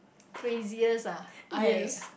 crazier ah I